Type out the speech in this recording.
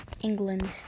England